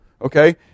Okay